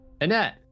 Annette